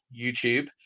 youtube